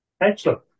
excellent